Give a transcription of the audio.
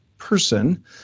person